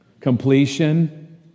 completion